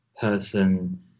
person